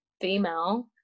female